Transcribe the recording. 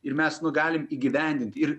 ir mes nu galim įgyvendint ir